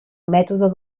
mètode